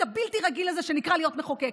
הבלתי-רגיל הזה שנקרא להיות מחוקק.